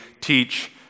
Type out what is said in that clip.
teach